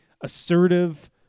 assertive